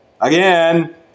Again